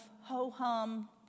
ho-hum